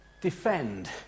defend